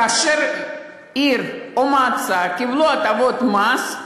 כאשר עיר או מועצה קיבלו הטבות מס,